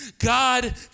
God